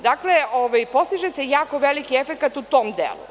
Dakle, postiže se jako veliki efekat u tom delu.